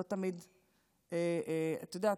את יודעת,